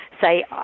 say